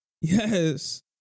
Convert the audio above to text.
yes